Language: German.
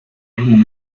eng